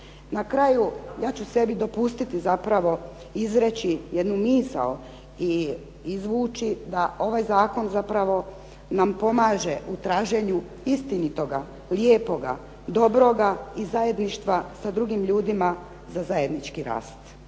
Na kraju, ja ću sebi dopustiti zapravo izreći jednu misao i izvući da nam ovaj zakon zapravo pomaže u traženju istinitoga, lijepoga, dobroga i zajedništva sa drugim ljudima za zajednički rast.